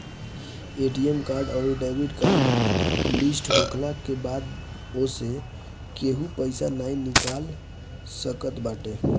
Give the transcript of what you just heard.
ATM अउरी debit card hot list होखला के बाद ओसे केहू पईसा नाइ निकाल सकत बाटे